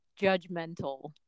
judgmental